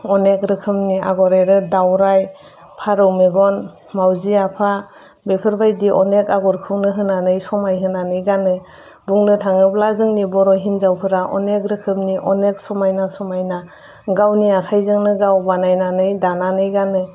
अनेग रोखोमनि आगर एरो दाउराइ फारौ मेगन माउजि आफा बेफोरबायदि अनेग आगरखौनो होनानै समायहोनानै गानो बुंनो थाङोब्ला जोंनि बर' हिनजावफोरा अनेग रोखोमनि अनेग समायना समायना गावनि आखाइजोंनो गाव बानायनानै दानानै गानो